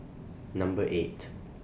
Number eight